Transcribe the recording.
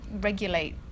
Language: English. regulate